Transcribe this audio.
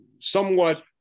somewhat